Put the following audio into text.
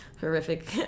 horrific